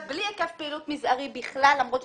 זאת אומרת,